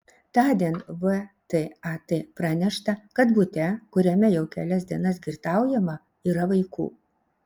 tądien vtat pranešta kad bute kuriame jau kelias dienas girtaujama yra vaikų